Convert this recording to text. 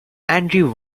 andrew